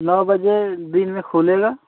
नौ बजे दिन में खुलेगा